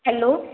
hello